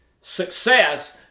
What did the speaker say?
success